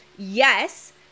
yes